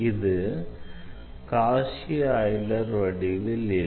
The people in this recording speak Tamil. இது காஷி ஆய்லர் வடிவில் இல்லை